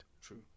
True